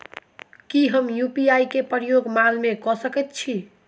की हम यु.पी.आई केँ प्रयोग माल मै कऽ सकैत छी?